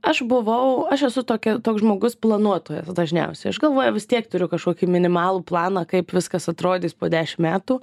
aš buvau aš esu tokia toks žmogus planuotojas dažniausiai aš galvoj vis tiek turiu kažkokį minimalų planą kaip viskas atrodys po dešim metų